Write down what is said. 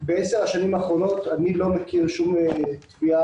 ובעשר השנים האחרונות אני לא מכיר שום תביעה